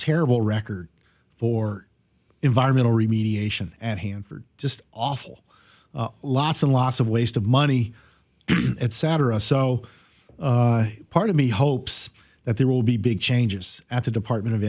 terrible record for environmental remediation and hanford just awful lots and lots of waste of money at satirise so part of me hopes that there will be big changes at the department of